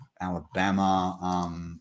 Alabama